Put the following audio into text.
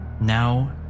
now